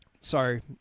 sorry